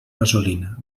gasolina